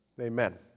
amen